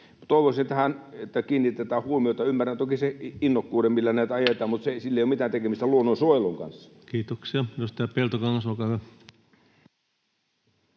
Toivoisin, että tähän kiinnitetään huomiota. Ymmärrän toki sen innokkuuden, millä näitä ajetaan, mutta sillä ei ole mitään tekemistä luonnonsuojelun kanssa. [Speech